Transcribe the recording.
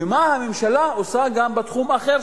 ומה הממשלה עושה גם בתחום אחר,